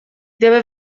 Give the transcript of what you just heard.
deve